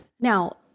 Now